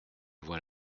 vois